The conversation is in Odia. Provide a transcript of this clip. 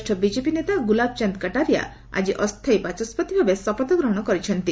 ବରିଷ୍ଣ ବିଜେପି ନେତା ଗୁଲାବଚାନ୍ଦ କାଟାରିଆ ଆଜି ଅସ୍ଥାୟୀ ବାଚସ୍କତି ଭାବେ ଶପଥ ଗ୍ରହଣ କରିଛନ୍ତି